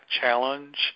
challenge